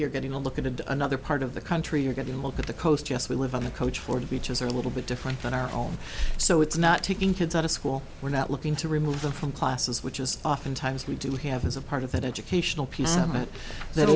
you're getting a look at and another part of the country you're going to look at the coast yes we live on the coach for the beaches are a little bit different than our own so it's not taking kids out of school we're not looking to remove them from classes which is oftentimes we do have as a part of that educational